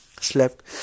slept